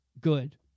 good